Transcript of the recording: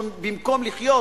שבמקום לחיות